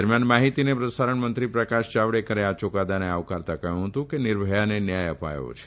દરમિયાન માહિતી અને પ્રસારણ મંત્રી પ્રકાશ જાવડેકરે આ યુકાદાને આવકારતાં કહ્યું હતું કે નિર્ભયાને ન્યાય અપાયો છે